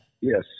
Yes